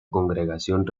congregación